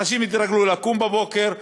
אנשים התרגלו לקום בבוקר,